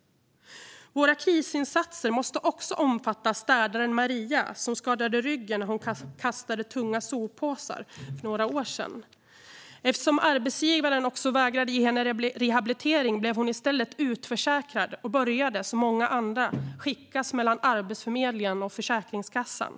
Våra krisinsatser måste också omfatta städaren Maria, som skadade ryggen när hon kastade tunga soppåsar för några år sedan. Eftersom arbetsgivaren vägrade ge henne rehabilitering blev hon i stället utförsäkrad och började, som många andra, skickas mellan Arbetsförmedlingen och Försäkringskassan.